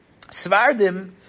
Svardim